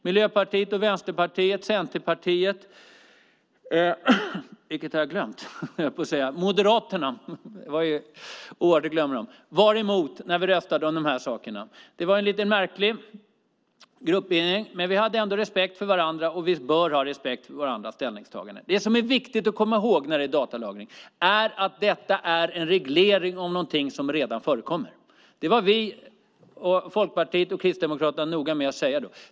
Miljöpartiet och Vänsterpartiet, Centerpartiet och Moderaterna var emot när vi röstade om de här sakerna. Det var en lite märklig gruppering, men vi hade ändå respekt för varandra, och vi bör ha respekt för varandras ställningstaganden. Det som är viktigt att komma ihåg när det gäller datalagen är att den är en reglering av någonting som redan förekommer. Det var vi, Folkpartiet och Kristdemokraterna noga med att säga då.